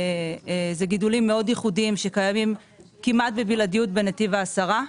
אלה גידולים מאוד ייחודים שקיימים כמעט בבלעדיות בנתיב העשרה.